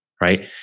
Right